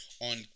on